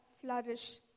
flourish